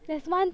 there's one